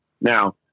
Now